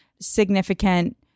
significant